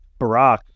Barack